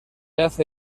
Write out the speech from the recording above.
hace